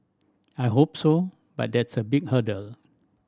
I hope so but that's a big hurdle